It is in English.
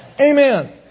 Amen